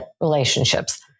relationships